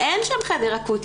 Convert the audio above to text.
אין שם חדר אקוטי.